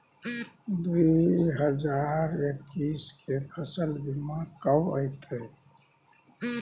दु हजार एक्कीस के फसल बीमा कब अयतै?